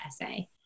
essay